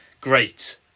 Great